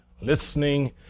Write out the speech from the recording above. listening